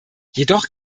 jedoch